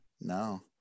No